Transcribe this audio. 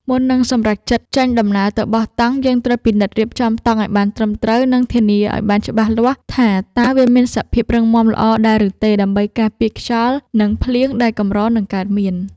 មុននឹងសម្រេចចិត្តចេញដំណើរទៅបោះតង់យើងត្រូវពិនិត្យរៀបចំតង់ឱ្យបានត្រឹមត្រូវ និង ធានាឱ្យបានច្បាស់លាស់ថាតើវាមានសភាពរឹងមាំល្អដែរឬទេដើម្បីការពារខ្យល់ និង ភ្លៀងដែលកម្រនឹងកើតមាន។